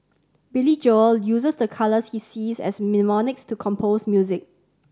Billy Joel uses the colours he sees as mnemonics to compose music